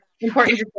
important